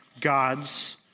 God's